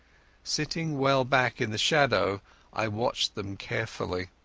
sitting well back in the shadow i watched them carefully.